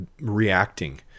reacting